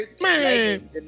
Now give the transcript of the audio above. Man